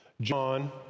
John